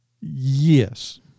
Yes